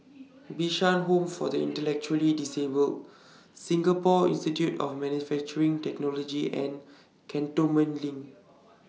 Bishan Home For The Intellectually Disabled Singapore Institute of Manufacturing Technology and Cantonment LINK